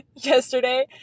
yesterday